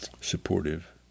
supportive